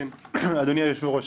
אדוני היושב-ראש,